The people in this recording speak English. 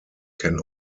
can